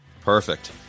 Perfect